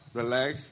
relax